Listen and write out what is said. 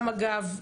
גם אגב,